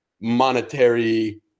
monetary